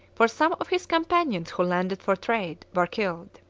for some of his companions who landed for trade were killed.